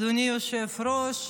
אדוני היושב-ראש,